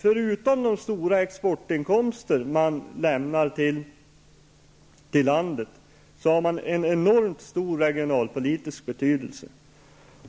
Förutom de stora exportinkomster de lämnar till landet har de en enormt stor regionalpolitisk betydelse.